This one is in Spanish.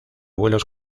vuelos